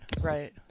right